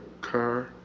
car